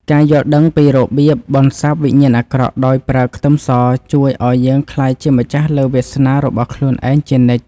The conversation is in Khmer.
ការយល់ដឹងពីរបៀបបន្សាបវិញ្ញាណអាក្រក់ដោយប្រើខ្ទឹមសជួយឱ្យយើងក្លាយជាម្ចាស់លើវាសនារបស់ខ្លួនឯងជានិច្ច។